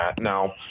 Now